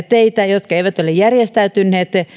teitä jotka eivät ole järjestäytyneet